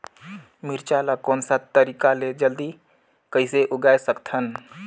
मिरचा ला कोन सा तरीका ले जल्दी कइसे उगाय सकथन?